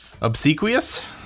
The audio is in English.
obsequious